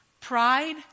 Pride